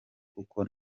kuko